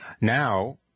Now